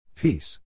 Peace